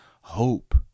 hope